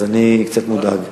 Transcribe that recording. אז אני קצת מודאג.